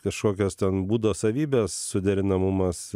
kažkokios ten būdo savybės suderinamumas